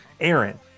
Aaron